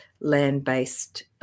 land-based